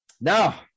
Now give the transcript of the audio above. Now